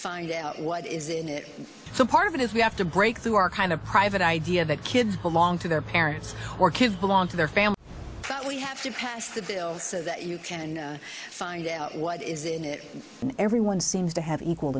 find out what is in it so part of it is we have to break through our kind of private idea that kids belong to their parents or kids belong to their family that we have to pass the bill so that you can find out what is in it and everyone seems to have equal